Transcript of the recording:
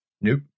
Nope